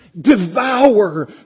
devour